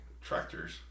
tractors